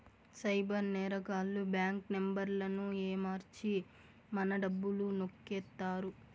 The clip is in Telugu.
సైబర్ నేరగాళ్లు బ్యాంక్ నెంబర్లను ఏమర్చి మన డబ్బులు నొక్కేత్తారు